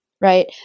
right